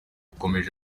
yakomeje